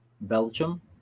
belgium